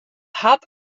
hat